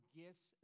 gifts